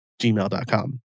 gmail.com